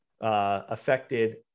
affected